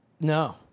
No